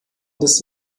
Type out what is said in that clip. des